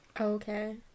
Okay